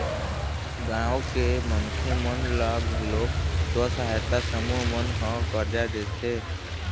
गाँव के मनखे मन ल घलोक स्व सहायता समूह मन ह करजा देथे